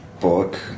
book